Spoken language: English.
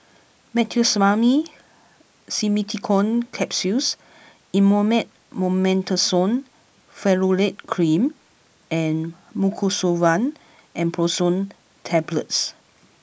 Meteospasmyl Simeticone Capsules Elomet Mometasone Furoate Cream and Mucosolvan Ambroxol Tablets